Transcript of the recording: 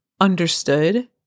understood